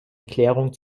erklärung